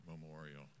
memorial